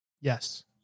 Yes